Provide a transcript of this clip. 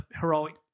heroic